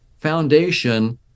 foundation